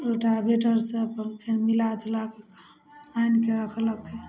rota बिटरसँ फेन मिलाजुलाकऽ आनिके रखलकै